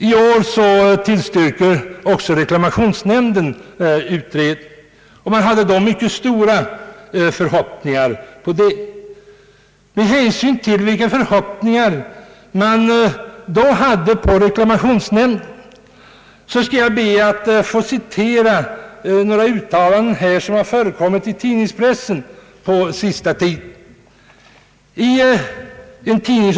I år tillstyrker också reklamationsnämnden utredning. Man hade förra året mycket stora förhoppningar på reklamationsnämnden, och med anledning därav skulle jag vilja citera några uttalanden som gjorts i pressen på senaste tiden.